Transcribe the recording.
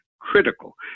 critical